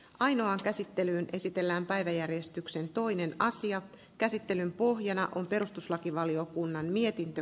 ainoa käsittelyyn esitellään päiväjärjestyksen toimiin asian käsittelyn pohjana on perustuslakivaliokunnan mietintö